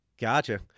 gotcha